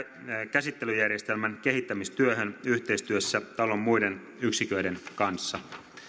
käsittelyjärjestelmän kehittämistyöhön yhteistyössä talon muiden yksiköiden kanssa